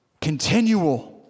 continual